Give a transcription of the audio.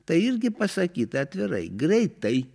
tai irgi pasakyta atvirai greitai